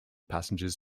passengers